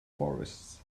forests